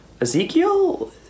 Ezekiel